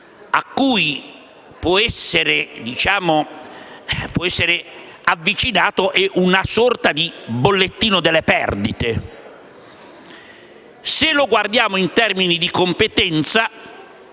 cui può essere avvicinato è una sorta di bollettino delle perdite. Se lo guardiamo in termini di competenza,